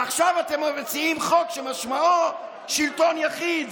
עכשיו אתם מציעים חוק שמשמעו שלטון יחיד.